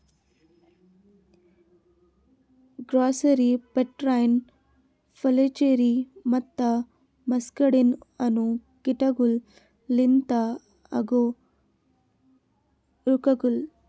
grasserie, pebrine, flacherie ಮತ್ತ muscardine ಅನೋ ಕೀಟಗೊಳ್ ಲಿಂತ ಆಗೋ ರೋಗಗೊಳ್